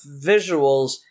visuals